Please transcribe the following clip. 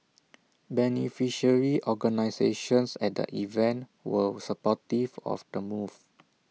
beneficiary organisations at the event were supportive of the move